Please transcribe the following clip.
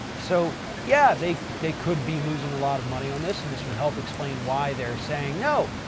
so yeah, they, they could be losing a lot of money on this and this would help explain why they're saying no,